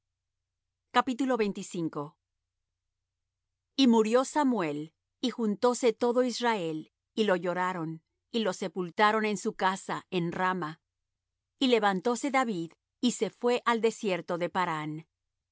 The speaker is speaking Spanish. sitio fuerte y murio samuel y juntóse todo israel y lo lloraron y lo sepultaron en su casa en rama y levantóse david y se fué al desierto de parán